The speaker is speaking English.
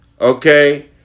Okay